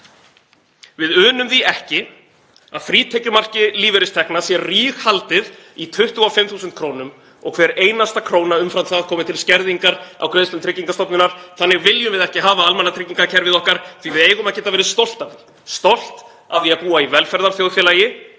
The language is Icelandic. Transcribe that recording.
Við unum því ekki að frítekjumarki lífeyristekna sé ríghaldið í 25.000 kr. og hver einasta króna umfram það komi til skerðingar á greiðslum Tryggingastofnunar. Þannig viljum við ekki hafa almannatryggingakerfið okkar því við eigum að geta verið stolt af því, stolt af því að búa í velferðarþjóðfélagi